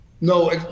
no